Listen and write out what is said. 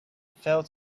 fell